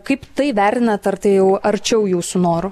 kaip tai vertinat ar tai jau arčiau jūsų norų